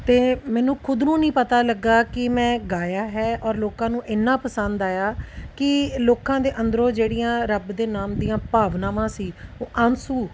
ਅਤੇ ਮੈਨੂੰ ਖੁਦ ਨੂੰ ਨਹੀਂ ਪਤਾ ਲੱਗਾ ਕਿ ਮੈਂ ਗਾਇਆ ਹੈ ਔਰ ਲੋਕਾਂ ਨੂੰ ਇੰਨਾ ਪਸੰਦ ਆਇਆ ਕਿ ਲੋਕਾਂ ਦੇ ਅੰਦਰੋਂ ਜਿਹੜੀਆਂ ਰੱਬ ਦੇ ਨਾਮ ਦੀਆਂ ਭਾਵਨਾਵਾਂ ਸੀ ਉਹ ਆਂਸੂ